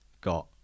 got